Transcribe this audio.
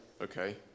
okay